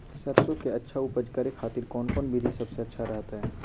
सरसों के अच्छा उपज करे खातिर कौन कौन विधि सबसे अच्छा रहतय?